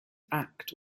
act